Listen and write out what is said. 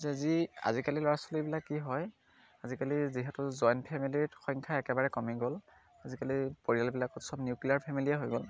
যে যি আজিকালি ল'ৰা ছোৱালীবিলাক কি হয় আজিকালি যিহেতু জইণ্ট ফেমিলীৰ সংখ্যা একেবাৰে কমি গ'ল আজিকালি পৰিয়ালবিলাকত সব নিউক্লিয়াৰ ফেমিলিয়ে হৈ গ'ল